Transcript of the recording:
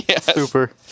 Super